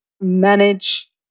manage